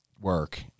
work